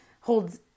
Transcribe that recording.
holds